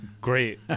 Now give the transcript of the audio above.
Great